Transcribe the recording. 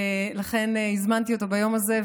ולכן הזמנתי אותו ביום הזה,